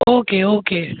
okay okay